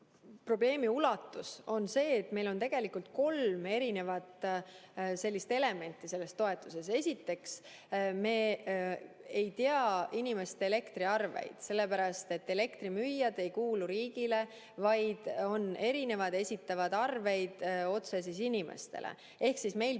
probleemi ulatus on selline, et meil on tegelikult kolm erinevat elementi selle toetuse puhul. Esiteks, me ei tea inimeste elektriarveid, sellepärast et elektrimüüjad ei kuulu riigile, vaid on erinevad, esitavad arveid otse inimestele. Meil